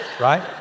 Right